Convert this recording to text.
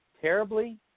terribly